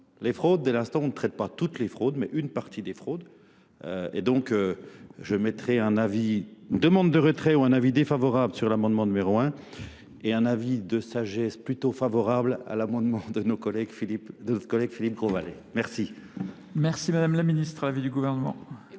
les fraudes. Dès l'instant on ne traite pas toutes les fraudes mais une partie des fraudes. Et donc je mettrai un avis, une demande de retrait ou un avis défavorable sur l'amendement numéro 1 et un avis de sagesse plutôt favorable à l'amendement de nos collègues Philippe Grosvalet. Merci.